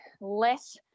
less